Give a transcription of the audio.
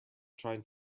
trying